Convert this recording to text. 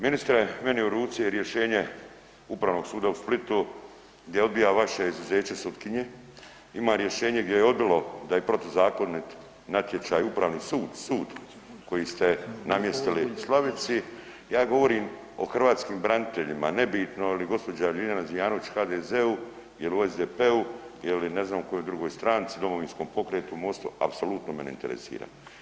Ministre, meni u ruci je rješenje Upravnog suda u Splitu gdje odbija vaše izuzeće sutkinje, ima rješenje gdje je odbilo da je protuzakonit natječaj Upravni sud, sud koji ste namjestili Slavici, ja govorim o hrvatskim braniteljima nebitno, a je li gospođa Ljiljana Zmijanović u HDZ-u il u SDP-u ili ne znam u kojoj drugoj stranci Domovinskom pokretu, MOSTU-u, apsolutno me ne interesira.